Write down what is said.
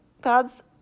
God's